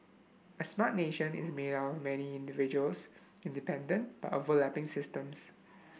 a Smart Nation is made up many individuals independent but overlapping systems